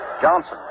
Johnson